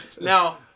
now